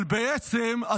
אבל בעצם,